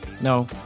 No